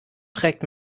trägt